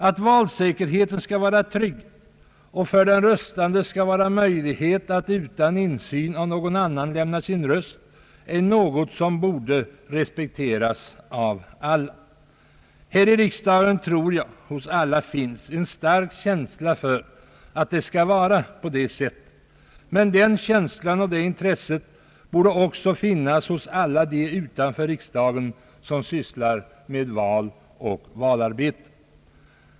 Att valsäkerheten skall vara tryggad och att det för de röstande skall vara möjligt att utan insyn av någon annan lämna sin röst är något som borde respekteras av alla. Jag tror att det hos alla här i riksdagen finns en stark känsla för att det skall vara på det sättet, men den känslan och det intresset borde också finnas hos alla de utanför riksdagen, som sysslar med val och valarbete.